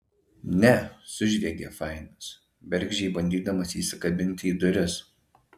ne sužviegė fainas bergždžiai bandydamas įsikabinti į duris